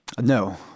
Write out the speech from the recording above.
No